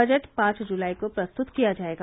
budget पांच जुलाई को प्रस्तुत किया जाएगा